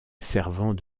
servant